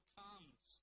comes